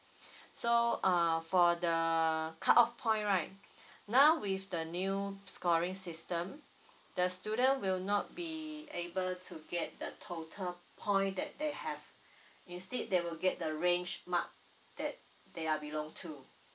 so uh for the cut off point right now with the new scoring system the student will not be able to get the total point that they have instead they will get the range mark that they are belong to